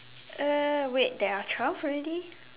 uh wait there are twelve already